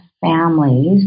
families